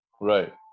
Right